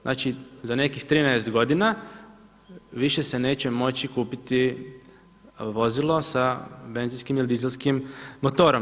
Znači za nekih 13 godina više se neće moći kupiti vozilo sa benzinskim ili dizelskim motorom.